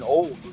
Old